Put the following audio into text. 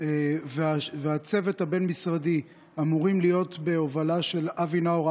והצוות הבין-משרדי אמורים להיות בהובלה של אבי נאור,